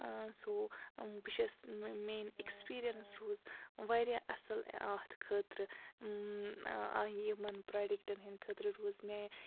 سو بہٕ چھَس میٛٮانۍ اٮ۪کٕسپیٖریَنٕس روٗز واریاہ اَصٕل اَتھ خٲطرٕ یِمَن پرٛوڈَٮ۪کٹَن ہٕنٛدۍ خٲطرٕ روٗز مےٚ